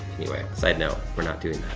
anyway, side note, we're not doing